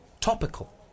topical